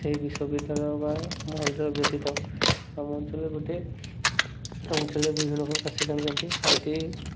ସେଇ ବିଶ୍ୱବିଦ୍ୟାଳୟ ବା ମହାବିଦ୍ୟାଳୟ ବ୍ୟତୀତ ଆମ ଅଞ୍ଚଳରେ ଗୋଟେ ଆମ ଅଞ୍ଚଳରେ ବିଭିନ୍ନ ପ୍ରକାଶ ଆାଣିଛନ୍ତି ଆଇ ଟି ଆଇ